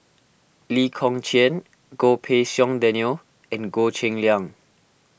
Lee Kong Chian Goh Pei Siong Daniel and Goh Cheng Liang